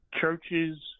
churches